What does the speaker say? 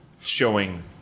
showing